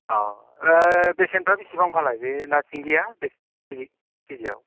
अ' बेसेनफ्रा बिसिबांफालाय बे ना सिंगिआ बेसे किजि किजिआव